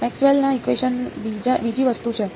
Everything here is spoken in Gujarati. મેક્સવેલના ઇકવેશન બીજી વસ્તુ છે